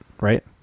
right